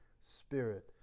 Spirit